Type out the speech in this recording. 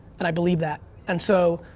and i believe that and so,